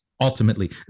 Ultimately